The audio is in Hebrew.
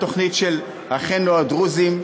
התוכנית של אחינו הדרוזים,